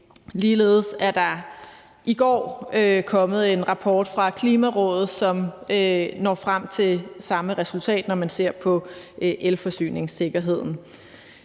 Ligeledes er der i går kommet en rapport fra Klimarådet, som når frem til det samme resultat, når man ser på elforsyningssikkerheden.